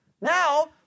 Now